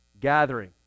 gathering